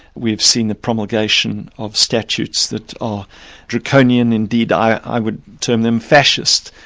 we've seen the promulgation of statutes that are draconian, indeed i i would term them fascist.